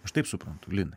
aš taip suprantu linai